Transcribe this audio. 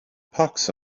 pox